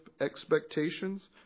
expectations